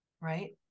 right